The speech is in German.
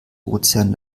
ozean